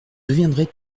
deviendrez